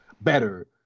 better